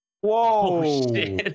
whoa